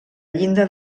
llinda